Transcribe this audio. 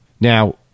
Now